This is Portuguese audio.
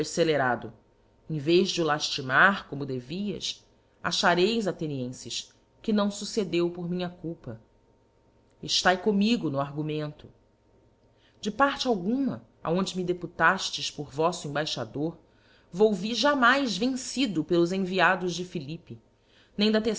scelerado em vez de o laftimar como devias achareis athenienses que não succedeu por minha culpa eftae comigo no argumento de parte alguma aonde me deputaftes por voífo embaixador volvi jamais vencido pelos enviados de philippe nem da